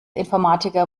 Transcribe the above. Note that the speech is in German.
informatiker